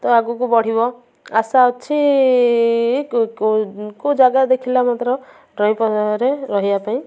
ତ ଆଗକୁ ବଢ଼ିବ ଆଶା ଅଛି କେଉଁ କେଉଁ ଜାଗା ଦେଖିଲା ମାତ୍ର ଡ୍ରଇଂରେ ରହିବା ପାଇଁ